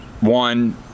one